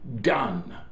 done